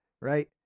Right